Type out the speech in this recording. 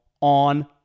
on